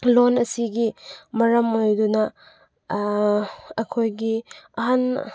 ꯂꯣꯟ ꯑꯁꯤꯒꯤ ꯃꯔꯝ ꯑꯣꯏꯗꯨꯅ ꯑꯩꯈꯣꯏꯒꯤ ꯑꯍꯟ